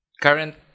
current